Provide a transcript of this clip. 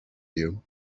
you